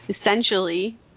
essentially